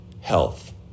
Health